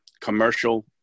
commercial